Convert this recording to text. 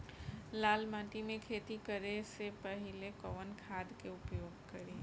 लाल माटी में खेती करे से पहिले कवन खाद के उपयोग करीं?